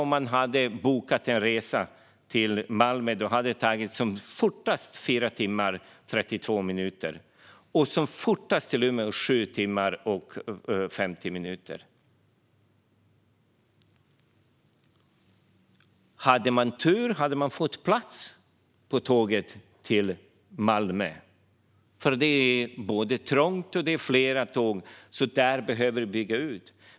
Om man hade bokat en resa till Malmö i morse hade den som snabbast gått på 4 timmar och 32 minuter. Resan till Umeå hade som snabbast gått på 7 timmar och 50 minuter. Om man hade haft tur hade man fått plats på tåget till Malmö. Det är nämligen både trångt och fler tåg, så där behöver vi bygga ut.